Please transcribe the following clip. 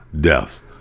deaths